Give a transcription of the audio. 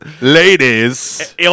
ladies